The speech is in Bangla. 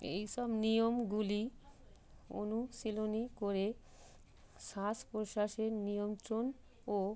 এই সব নিয়মগুলি অনুশীলন করে শ্বাস প্রশ্বাসের নিয়ন্ত্রণ ও